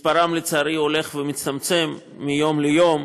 מספרם, לצערי, הולך ומצטמצם מיום ליום,